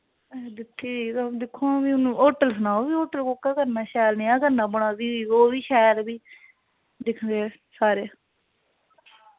अच्छा दित्ती दी ते हून दिक्खो हां फ्ही हून होटल सनाओ फ्ही होटल कोह्का करना शैल नेहा करना बड़ा फ्ही ओह् बी शैल फ्ही दिखदे सारे